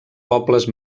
pobles